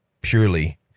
purely